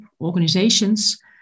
organizations